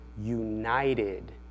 united